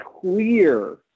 clear